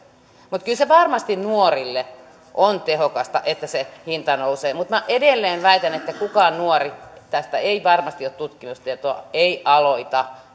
kyllä se varmasti nuorille on tehokasta että se hinta nousee mutta minä edelleen väitän että kukaan nuori tästä ei varmasti ole tutkimustietoa ei aloita